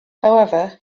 however